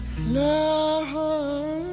Love